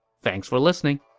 thanks for listening